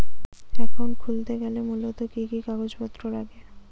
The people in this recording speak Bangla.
অ্যাকাউন্ট খুলতে গেলে মূলত কি কি কাগজপত্র লাগে?